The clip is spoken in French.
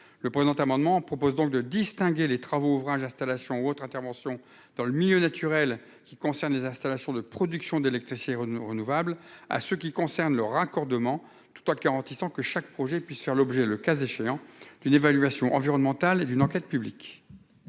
Cet amendement a donc pour objet de distinguer les travaux de construction, d'installations et d'ouvrages ou autres interventions dans le milieu naturel, qui concernent les installations de production d'électricité renouvelable, des travaux de raccordement, tout en garantissant que chaque projet puisse faire l'objet, le cas échéant, d'une évaluation environnementale et d'une enquête publique.